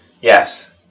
Yes